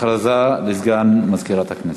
הכרזה לסגן מזכירת הכנסת.